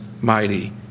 mighty